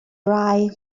dry